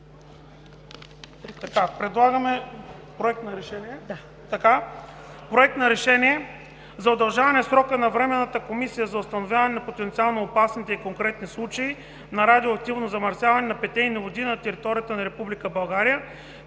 Предлагаме: „Проект! РЕШЕНИЕ за удължаване срока на Временната комисия за установяване на потенциално опасните и конкретни случаи на радиоактивно замърсяване на питейни води на територията на